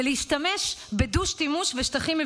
ולהשתמש בדו-שימוש ושטחים,